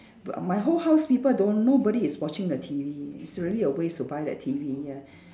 but my whole house people don't nobody is watching the T_V it's really a waste to buy that T_V ya